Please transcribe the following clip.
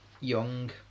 Young